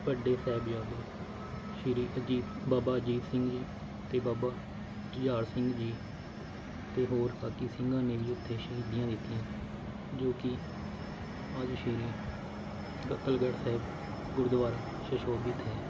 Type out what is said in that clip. ਵੱਡੇ ਸਾਹਿਬਜਾਦੇ ਸ਼੍ਰੀ ਅਜੀਤ ਬਾਬਾ ਅਜੀਤ ਸਿੰਘ ਜੀ ਅਤੇ ਬਾਬਾ ਜੁਝਾਰ ਸਿੰਘ ਜੀ ਅਤੇ ਹੋਰ ਬਾਕੀ ਸਿੰਘਾਂ ਨੇ ਵੀ ਉੱਥੇ ਸ਼ਹੀਦੀਆਂ ਦਿੱਤੀਆਂ ਜੋ ਕਿ ਅੱਜ ਸ਼੍ਰੀ ਕਤਲਗੜ੍ਹ ਸਾਹਿਬ ਗੁਰਦੁਆਰਾ ਸੁਸ਼ੋਭਿਤ ਹੈ